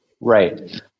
Right